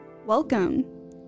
Welcome